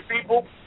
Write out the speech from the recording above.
people